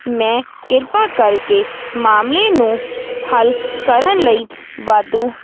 ਮੈਂ ਕਿਰਪਾ ਕਰਕੇ ਮਾਮਲੇ ਨੂੰ ਹੱਲ ਕਰਨ ਲਈ ਵਾਧੂ